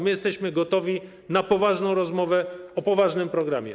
My jesteśmy gotowi na poważną rozmowę o poważnym programie.